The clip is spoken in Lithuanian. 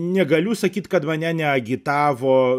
negaliu sakyt kad mane neagitavo